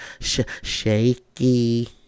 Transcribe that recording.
shaky